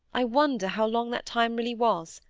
i wonder how long that time really was?